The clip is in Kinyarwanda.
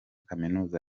kaminuza